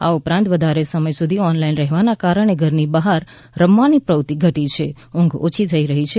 આ ઉપરાંત વધારે સમય સુધી ઓનલાઇન રહેવાને કારણે ઘરની બહાર રમવાની પ્રવૃત્તિ ઘટી છે ઊંઘ ઓછી થઇ રહી છે